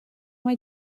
mai